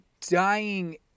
dying